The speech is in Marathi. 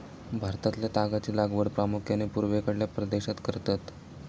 भारतातल्या तागाची लागवड प्रामुख्यान पूर्वेकडल्या प्रदेशात करतत